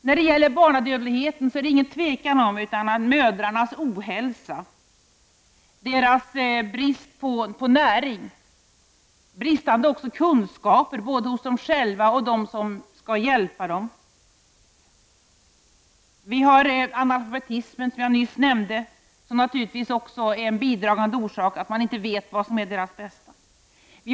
När det gäller barnadödligheten är en av orsakerna utan tvivel mödrarnas ohälsa, deras brist på näring, bristande kunskaper hos mödrarna och hos dem som skall hjälpa kvinnorna. Analfabetismen, som jag nyss nämnde, är naturligtvis en bidragande orsak till att man inte vet vad som är det bästa.